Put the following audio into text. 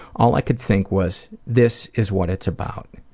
all i could think was this is what it's about.